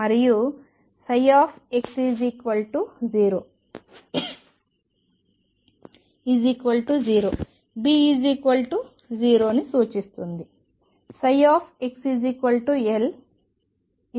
మరియు x00 B0ని సూచిస్తుంది